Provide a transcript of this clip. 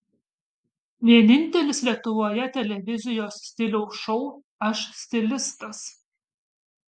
vienintelis lietuvoje televizijos stiliaus šou aš stilistas